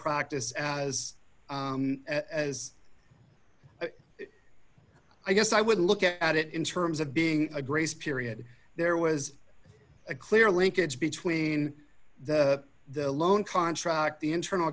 practice as as i guess i would look at it in terms of being a grace period there was a clear linkage between the the loan contract the internal